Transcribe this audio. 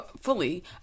fully